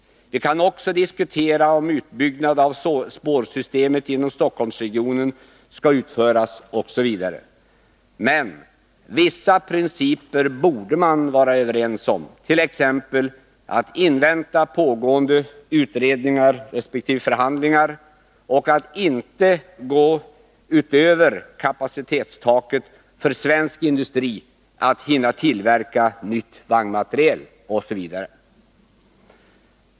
Vi kan också diskutera om utbyggnad av spårsystemet inom Stockholmsregionen skall utföras osv. Men vissa principer borde man vara överens om, t.ex. att invänta pågående utredningar resp. förhandlingar och att inte gå utöver kapacitetstaket för svensk industri när det gäller att hinna tillverka ny vagnmateriel etc.